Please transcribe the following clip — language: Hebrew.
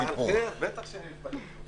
כן, בטח שאני מתפלא.